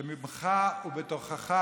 ממך ובתוכך.